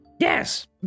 Yes